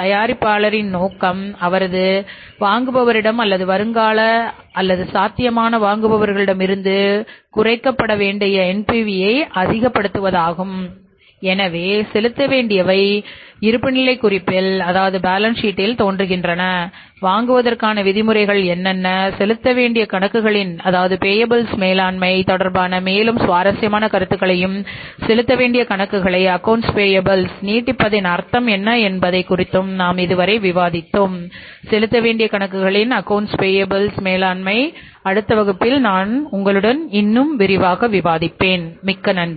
தயாரிப்பின் நோக்கமும் அவரது வாங்குபவர்களிடமிருந்து அல்லது வருங்கால அல்லது சாத்தியமான வாங்குபவர்களிடமிருந்து குறைக்கப்பட வேண்டிய NPV ஐ அதிகரிப்பதாகும் எனவே செலுத்த வேண்டியவை ஏன் இருப்புநிலைக் குறிப்பில்பேலென்ஸ் ஷீட்டில் மேலாண்மை அடுத்த வகுப்பில் நான் உங்களுடன் விவாதிப்பேன் மிக்க நன்றி